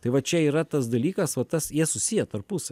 tai vat čia yra tas dalykas va tas jie susiję tarpusavy